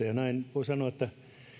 näin voi sanoa että